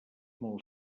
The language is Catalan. molt